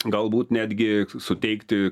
galbūt netgi suteikti